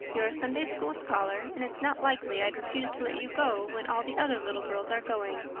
you're a sunday-school scholar, and it's not likely i'd refuse to let you go when all the other little girls are going.